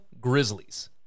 Grizzlies